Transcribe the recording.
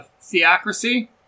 theocracy